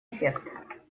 эффект